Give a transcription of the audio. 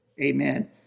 Amen